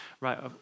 right